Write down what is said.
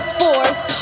force